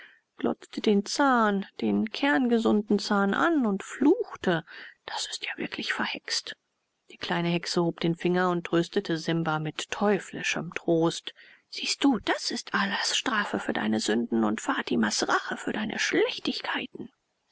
glotzte den zahn den kerngesunden zahn an und fluchte das ist ja wirklich verhext die kleine hexe hob den finger und tröstete simba mit teuflischem trost siehst du das ist allahs strafe für deine sünden und fatimas rache für deine schlechtigkeiten